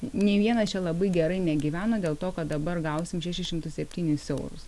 nei vienas čia labai gerai negyveno dėl to kad dabar gausim šešis šimtus septynis eurus